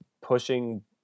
pushing